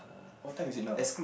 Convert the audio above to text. what time is it now ah